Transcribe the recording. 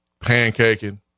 pancaking